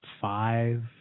five